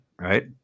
Right